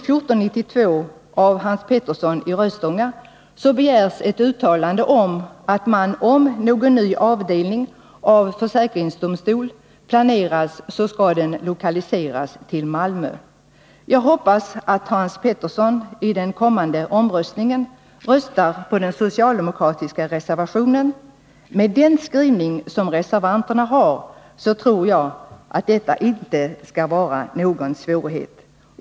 Jag hoppas att Hans Petersson i den kommande voteringen röstar för den socialdemokratiska reservationen. Med tanke på innehållet i reservanternas skrivning tror jag inte att det skall vara någon svårighet.